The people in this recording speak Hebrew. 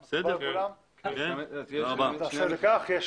עידן, כמעט ואין לך מקרים כאלה.